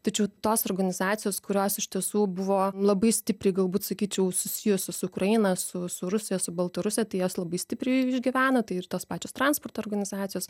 tačiau tos organizacijos kurios iš tiesų buvo labai stipriai galbūt sakyčiau susijusios su ukraina su su rusija su baltarusija tai jos labai stipriai išgyvena tai ir tos pačios transporto organizacijos